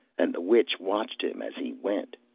and the witch watched him as he went,